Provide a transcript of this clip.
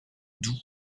doux